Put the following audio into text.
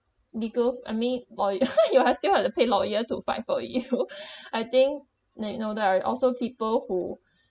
legal I mean lawyer you have still have to pay lawyer to fight for you I think you you know there are also people who